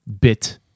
bit